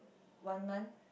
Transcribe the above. one month